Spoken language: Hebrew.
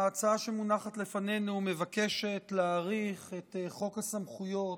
ההצעה שמונחת לפנינו מבקשת להאריך את חוק הסמכויות,